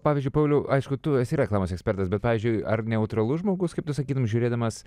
pavyzdžiui pauliau aišku tu esi reklamos ekspertas bet pavyzdžiui ar neutralus žmogus kaip tu sakytum žiūrėdamas